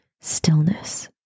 stillness